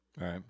Right